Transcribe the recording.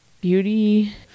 beauty